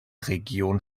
region